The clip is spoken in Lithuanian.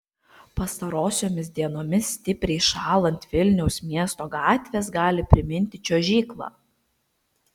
pastarosiomis dienomis stipriai šąlant vilniaus miesto gatvės gali priminti čiuožyklą